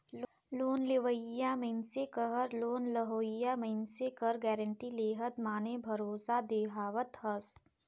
loan लेवइया मइनसे कहर लोन लेहोइया मइनसे कर गारंटी लेहत माने भरोसा देहावत हस